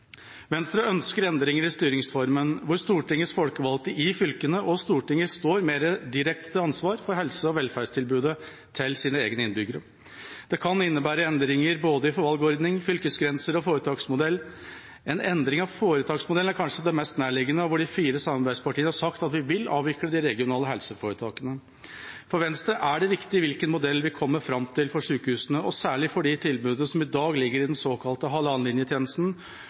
Venstre ønsker endringer i styringsformen, hvor Stortingets folkevalgte i fylkene og Stortinget står mer direkte til ansvar for helse- og velferdstilbudet til sine egne innbyggere. Det kan innebære endringer både i valgordning, fylkesgrenser og foretaksmodell. En endring av foretaksmodellen er kanskje det mest nærliggende. De fire samarbeidspartiene har sagt at vi vil avvikle de regionale helseforetakene. For Venstre er det viktig hvilken modell vi kommer fram til for sykehusene og særlig for de tilbudene som i dag ligger i den såkalte